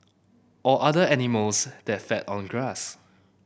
or other animals that feed on grass